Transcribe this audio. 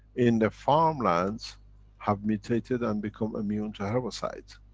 in the farmlands have mutated and become immune to herbicides.